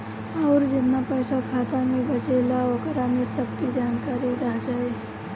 अउर जेतना पइसा खाता मे बचेला ओकरा में सब के जानकारी रह जाइ